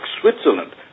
Switzerland